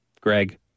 Greg